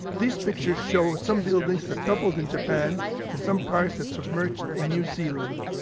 these pictures show some buildings that toppled in japan and some cars that submerged in new zealand.